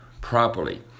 properly